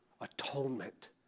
atonement